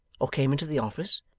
or came into the office,